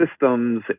systems